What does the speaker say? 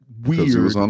weird